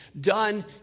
done